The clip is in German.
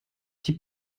die